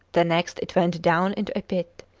the next it went down into a pit.